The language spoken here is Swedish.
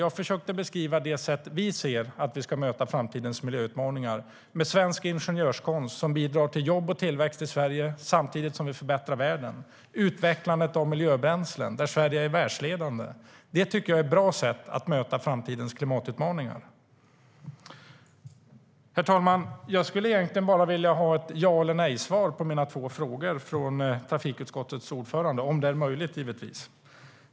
Jag försökte beskriva de sätt som vi anser att vi ska möta framtidens miljöutmaningar på, med svensk ingenjörskonst som bidrar till jobb och tillväxt i Sverige, samtidigt som vi förbättrar världen. Det handlar också om utvecklandet av miljöbränslen, där Sverige är världsledande. Det är ett bra sätt att möta framtidens klimatutmaningar. Herr talman! Jag skulle egentligen bara vilja ha ett ja eller nej-svar på mina två frågor från trafikutskottets ordförande - om det är möjligt, givetvis.